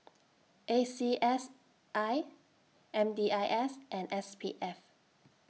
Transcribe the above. A C S I M D I S and S P F